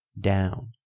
down